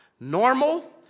Normal